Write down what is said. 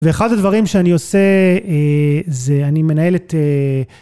ואחד הדברים שאני עושה, זה אני מנהל את...